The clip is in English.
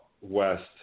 West